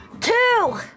Two